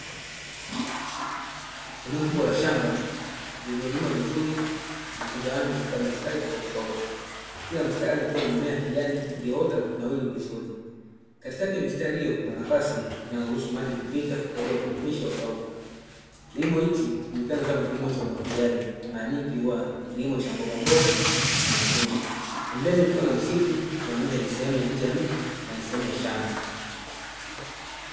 Eneo kubwa la shamba lililolimwa vizuri na kugawanywa katika mistari tofautitofauti, kila mstari ukiwa na mmea wa kijani ulioota na kunawiri vizuri. Katikati ya mistari hiyo kuna nafasi inayoruhusu maji kupita, kwa ajili ya kurutubisha udongo. Kilimo hiki hujulikana kama kilimo cha umwagiliaji, mara nyingi huwa ni kilimo cha mbogamboga na matunda. Pembeni kukiwa na msitu, ikimaanisha sehemu ya nje ya mji, na ni sehemu ya shamba.